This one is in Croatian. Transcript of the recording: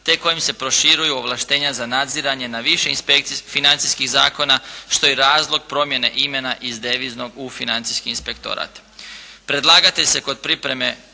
te kojim se proširuju ovlaštenja za nadziranje na više financijskih zakona što je i razlog promjene imena iz Deviznog u Financijski inspektorat.